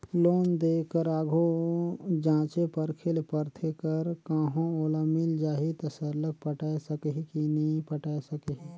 loan देय कर आघु जांचे परखे ले परथे कर कहों ओला मिल जाही ता सरलग पटाए सकही कि नी पटाए सकही